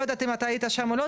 לא יודעת אם אתה היית שם או לא,